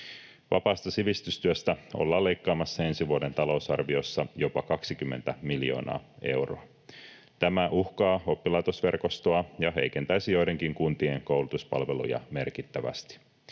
Vapaasta sivistystyöstä ollaan leikkaamassa ensi vuoden talousarviossa jopa 20 miljoonaa euroa. Tämä uhkaa oppilaitosverkostoa ja heikentäisi joidenkin kuntien koulutuspalveluja merkittävästi.